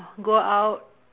go out